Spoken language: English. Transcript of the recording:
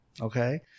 Okay